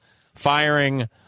firing